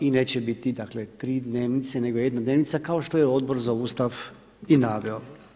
I neće biti, dakle tri dnevnice nego jedna dnevnica kao što je Odbor za Ustav i naveo.